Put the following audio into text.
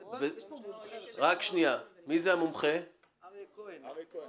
אבל יש פה מומחה, אריה כהן.